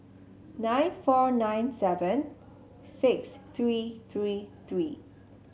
nine four nine seven six three three three